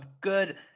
good